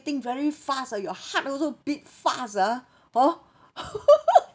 very fast ah your heart also beat fast ah hor